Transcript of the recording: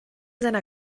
seiner